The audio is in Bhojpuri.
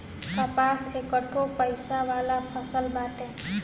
कपास एकठो पइसा वाला फसल बाटे